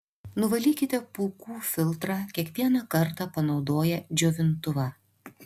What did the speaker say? nuvalykite pūkų filtrą kiekvieną kartą panaudoję džiovintuvą